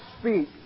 speak